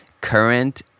current